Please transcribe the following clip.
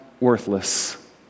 worthless